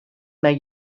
may